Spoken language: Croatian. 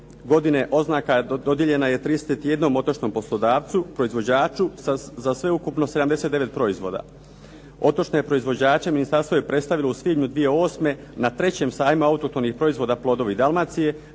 dvije godine oznaka je dodijeljena je 31 otočnom poslodavcu, proizvođaču sa sve ukupno 79 proizvoda. Otočne proizvođače ministarstvo je predstavilo u svibnju 2008. na trećem sajmu autohtonih proizvoda Plodovi Dalmacije,